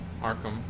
Arkham